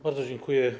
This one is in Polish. Bardzo dziękuję.